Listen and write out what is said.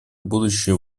будущее